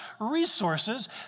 resources